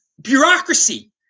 bureaucracy